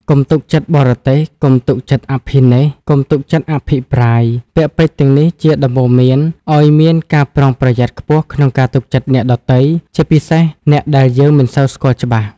កុំទុកចិត្តបរទេស កុំទុកចិត្តអភិនេស្ក្រមណ៍ កុំទុកចិត្តអភិប្រាយ ពាក្យពេចន៍ទាំងនេះជាដំបូន្មានឱ្យមានការប្រុងប្រយ័ត្នខ្ពស់ក្នុងការទុកចិត្តអ្នកដទៃ ជាពិសេសអ្នកដែលយើងមិនសូវស្គាល់ច្បាស់។